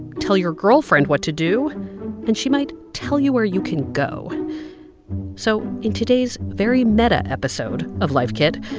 tell your girlfriend what to do and she might tell you where you can go so in today's very meta episode of life kit,